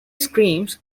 screams